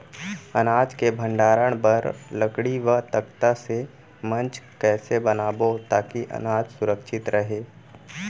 अनाज के भण्डारण बर लकड़ी व तख्ता से मंच कैसे बनाबो ताकि अनाज सुरक्षित रहे?